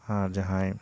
ᱟᱨ ᱡᱟᱦᱟᱸᱭ